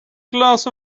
glass